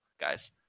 guys